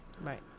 Right